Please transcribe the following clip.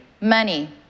Money